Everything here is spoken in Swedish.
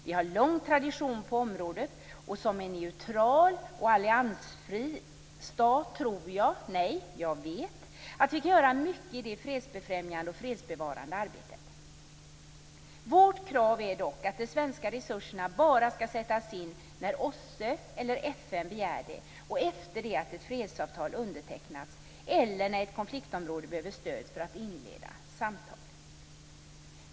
Vi har en lång tradition på området, och som en neutral och alliansfri stat vet jag att vi kan göra mycket i det fredsbefrämjande och fredsbevarande arbetet. Vårt krav är dock att de svenska resurserna bara skall sättas in när OSSE eller FN begär det och efter det att ett fredsavtal undertecknats eller när ett konfliktområde behöver stöd för att inleda samtal.